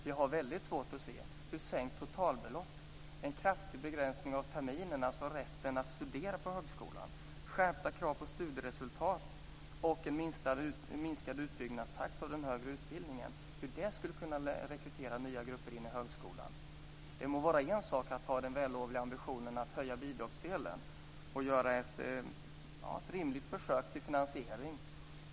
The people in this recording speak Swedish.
Jag har väldigt svårt att se hur sänkt totalbelopp, en kraftig begränsning av antalet terminer, dvs. rätten att studera på högskolan, skärpta krav på studieresultat och en minskad utbyggnadstakt av den högre utbildningen skulle kunna rekrytera nya grupper till högskolan. Det må vara en sak att ha den vällovliga ambitionen att höja bidragsdelen och göra ett rimligt försök till finansiering.